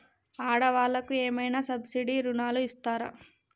ఆడ వాళ్ళకు ఏమైనా సబ్సిడీ రుణాలు ఇస్తారా?